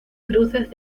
cruces